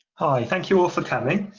hi thank you all for coming.